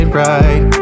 right